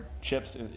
chips